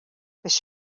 биш